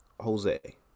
jose